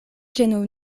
ĝenu